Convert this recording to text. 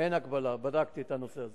אין הגבלה, בדקתי את הנושא הזה.